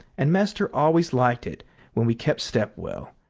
and master always liked it when we kept step well,